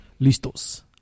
Listos